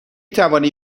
توانی